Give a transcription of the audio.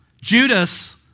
Judas